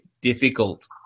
difficult